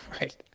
Right